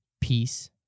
peace